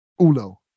Ulo